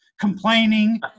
complaining